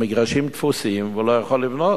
המגרשים תפוסים והוא לא יכול לבנות.